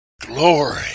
Glory